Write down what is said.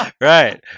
right